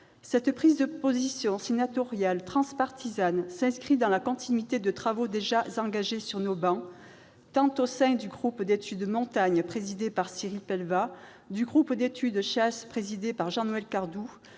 Cette prise de position sénatoriale transpartisane s'inscrit dans la continuité de travaux déjà engagés sur nos travées, tant au sein du groupe d'études Montagne, présidé par Cyril Pellevat, et du groupe d'études Chasse, présidé par Jean-Noël Cardoux,